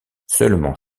seulement